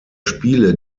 spiele